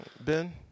Ben